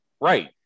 Right